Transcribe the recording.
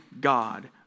God